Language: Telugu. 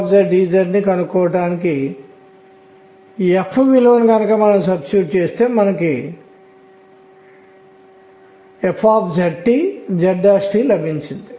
కాబట్టి నా దగ్గర ఇలాంటి రేఖ ఉందని అనుకుందాం ఇది నిర్దిష్ట వేవ్ లెంగ్త్ తరంగదైర్ఘ్యం లాంబ్డా వద్ద వస్తుంది